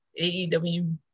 AEW